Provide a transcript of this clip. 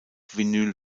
vinyl